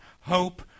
hope